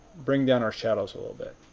bring down our shadows a little. that's